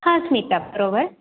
हां स्मिता बरोबर